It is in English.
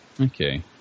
Okay